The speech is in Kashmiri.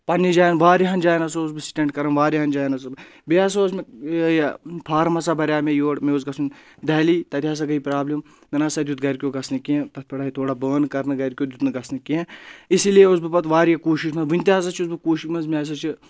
پَنٕنہِ جایَن واریاہن جاین اوسُس بہٕ سِٹینٛٹ کَران واریاہَن جایَن اوس بیٚیہِ ہَسا اوس مےٚ یہِ فارم ہَسا بَریٛاو مےٚ یور مےٚ اوس گژھُن دہلی تَتہِ ہَسا گٔے پرابلِم مےٚ نہ سا دیُت گَرکیو گژھنہٕ کینٛہہ تَتھ پؠٹھ ہے تھوڑا بانہٕ کَرنہٕ گَرِکیو دیُت نہٕ گژھنہٕ کینٛہہ اسی لیے اوس بہٕ پَتہٕ واریاہ کوٗشِش منٛز وٕنہِ تہِ ہَسا چھُس بہٕ کوٗشِش منٛز مےٚ ہَسا چھُ